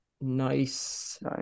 Nice